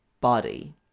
body